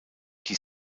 die